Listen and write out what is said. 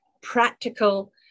practical